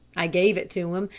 i gave it to him,